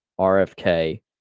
RFK